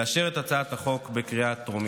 לאשר את הצעת החוק בקריאה הטרומית.